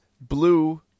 Blue